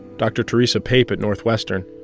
dr. theresa pape at northwestern,